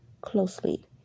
closely